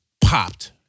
popped